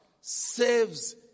saves